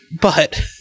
But-